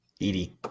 Edie